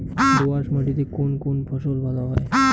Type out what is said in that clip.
দোঁয়াশ মাটিতে কোন কোন ফসল ভালো হয়?